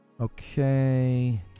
Okay